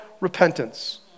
repentance